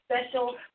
special